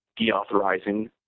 deauthorizing